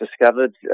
discovered